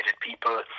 people